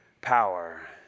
power